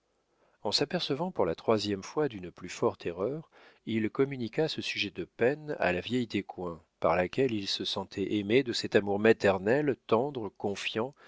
en s'apercevant pour la troisième fois d'une plus forte erreur il communiqua ce sujet de peine à la vieille descoings par laquelle il se sentait aimé de cet amour maternel tendre confiant